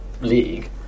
league